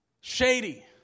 Shady